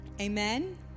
Amen